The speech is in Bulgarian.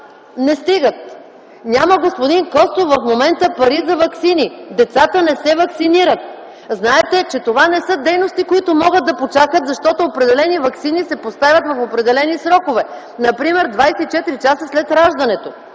не стигат. Господин Костов, в момента няма пари за ваксини. Децата не се ваксинират. Знаете, че това не са дейности, които могат да почакат, защото определени ваксини се поставят в определени срокове, например 24 часа след раждането.